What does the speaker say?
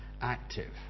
active